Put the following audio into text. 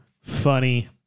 funny